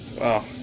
Wow